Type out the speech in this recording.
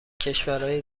کشورای